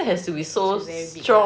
it has to be very big ah ya